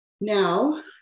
Now